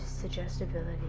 suggestibility